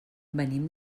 venim